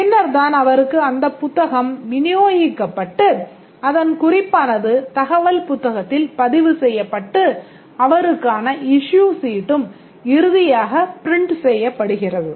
பின்னர்தான் அவருக்கு அந்தப் புத்தகம் விநியோகிக்கப்பட்டு அதன் குறிப்பானது தகவல் புத்தகத்தில் பதிவு செய்யப்பட்டு அவருக்கான issue சீட்டும் இறுதியாக print செய்யப்படுகிறது